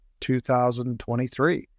2023